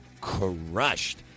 crushed